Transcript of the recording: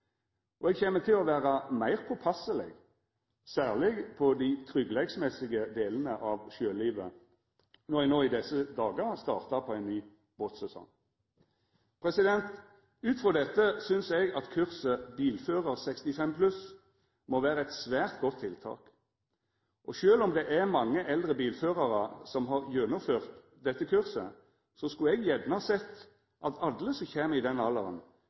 tidlegare. Eg kjem til å vera meir påpasseleg, særleg på dei tryggleiksmessige delane av sjølivet når eg no i desse dagar startar på ein ny båtsesong. Ut frå dette synest eg at kurset «Bilførar 65+» må vera eit svært godt tiltak. Sjølv om det er mange eldre bilførarar som har gjennomført dette kurset, skulle eg gjerne sett at alle som kjem i den alderen,